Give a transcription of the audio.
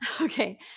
okay